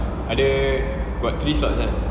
ada got three slots kan